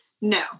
no